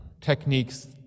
techniques